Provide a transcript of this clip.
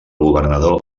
governador